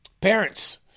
parents